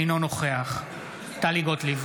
אינו נוכח טלי גוטליב,